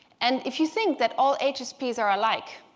and if you think that all hsps are alike,